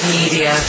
media